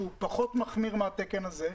שהוא פחות מחמיר מהתקן הזה,